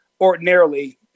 ordinarily